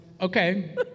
okay